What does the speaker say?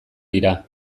dira